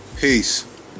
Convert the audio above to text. Peace